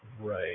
Right